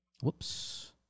whoops